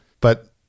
but-